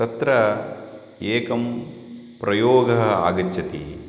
तत्र एकः प्रयोगः आगच्छति